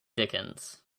dickens